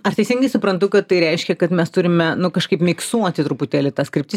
ar teisingai suprantu kad tai reiškia kad mes turime nu kažkaip miksuoti truputėlį tas kryptis